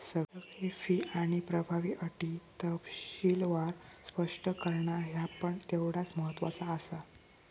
सगळे फी आणि प्रभावी अटी तपशीलवार स्पष्ट करणा ह्या पण तेवढाच महत्त्वाचा आसा